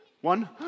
One